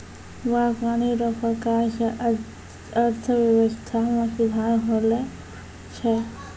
बागवानी रो प्रकार से अर्थव्यबस्था मे सुधार होलो छै